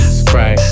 spray